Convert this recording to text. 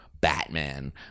Batman